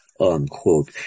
unquote